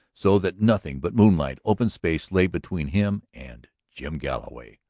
so that nothing but moonlit open space lay between him and jim galloway.